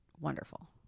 wonderful